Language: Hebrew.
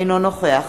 אינו נוכח